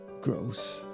gross